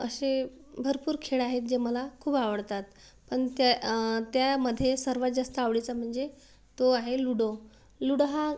असे भरपूर खेळ आहेत जे मला खूप आवडतात पण त्या त्यामध्ये सर्वात जास्त आवडीचा म्हणजे तो आहे लुडो लुडो हा